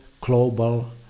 global